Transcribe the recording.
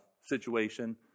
situation